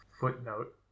Footnote